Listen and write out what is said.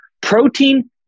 protein